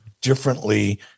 differently